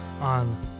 on